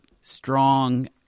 strong